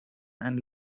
and